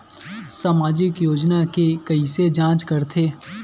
सामाजिक योजना के कइसे जांच करथे?